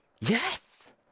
Yes